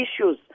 issues